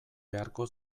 beharko